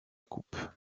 coupe